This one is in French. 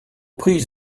prises